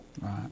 Right